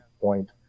point